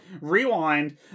rewind